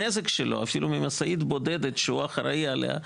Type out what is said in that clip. הזנק שלו אפילו ממשאית בודדת שהוא אחראי עליה,